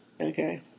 Okay